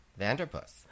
Vanderpuss